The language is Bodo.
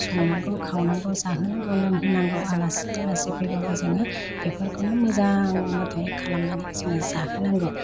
संनांगौ खावनांगौ जाहोनांगौ लोंहोनांगौ आलासि दुलासि फैबाबो जोङो बेफोरखौनो मोजां मथे खालामनानै जोङो जाहोनांगौ